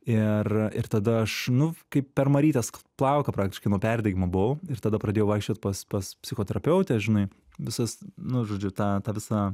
ir ir tada aš nu kaip per marytės plauką praktiškai nuo perdegimo buvau ir tada pradėjau vaikščiot pas pas psichoterapeutę žinai visas nu žodžiu tą tą visą